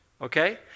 okay